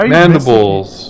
Mandibles